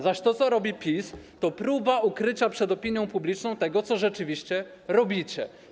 Zaś to, co robi PiS, to próba ukrycia przed opinią publiczną tego, co rzeczywiście robicie.